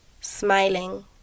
smiling